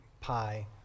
pi